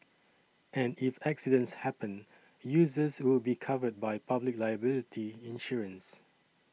and if accidents happen users will be covered by public liability insurance